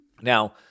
Now